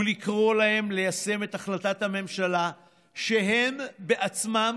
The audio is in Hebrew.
ולקרוא להם ליישם את החלטת הממשלה שהם בעצמם